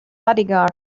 bodyguards